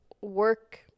work